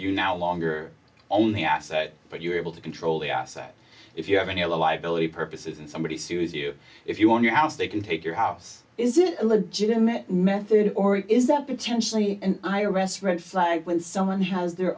you now longer only asset but you are able to control the asset if you have any liability purposes and somebody sue is you if you want your house they can take your house is it a legitimate method or is that potentially an i r s red flag when someone has their